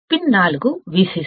pin 4 VCC